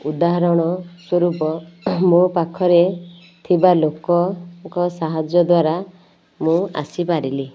ଉଦାହରଣ ସ୍ୱରୂପ ମୋ ପାଖରେ ଥିବା ଲୋକଙ୍କ ସାହାଯ୍ୟ ଦ୍ୱାରା ମୁଁ ଆସିପାରିଲି